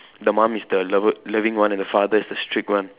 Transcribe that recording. the mum is the lover loving one and the father is the strict one